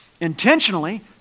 intentionally